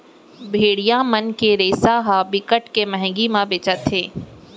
भेड़िया मन के रेसा ह बिकट के मंहगी म बेचाथे